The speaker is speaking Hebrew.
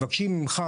מבקשים ממך,